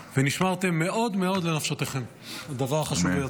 ונשמרתם מאוד מאוד לנפשותיכם, הדבר החשוב ביותר.